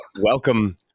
Welcome